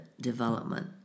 development